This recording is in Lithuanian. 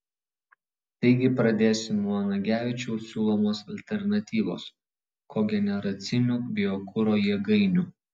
taigi pradėsiu nuo nagevičiaus siūlomos alternatyvos kogeneracinių biokuro jėgainių